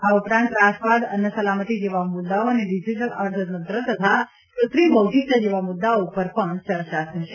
આ ઉપરાંત ત્રાસવાદ અન્ન સલામતી જેવા મુદ્દાઓ અને ડીજીટલ અર્થતંત્ર તથા કૃત્રિમ બૌદ્ધિકતા જેવા મુદ્દાઓ ઉપર પણ ચર્ચા થશે